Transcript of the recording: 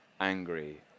angry